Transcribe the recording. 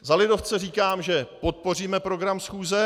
Za lidovce říkám, že podpoříme program schůze.